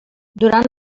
durant